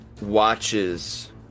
watches